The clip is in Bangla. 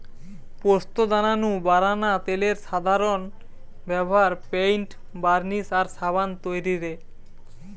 পোস্তদানা নু বারানা তেলের সাধারন ব্যভার পেইন্ট, বার্নিশ আর সাবান তৈরিরে